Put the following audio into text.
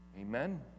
Amen